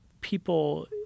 people